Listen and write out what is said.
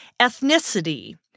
Ethnicity